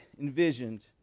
envisioned